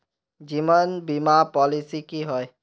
जीवन बीमा पॉलिसी की होय?